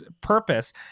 purpose